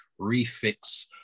refix